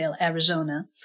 Arizona